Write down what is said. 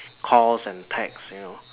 calls and text you know